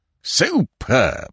Superb